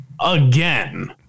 again